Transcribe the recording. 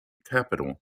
capital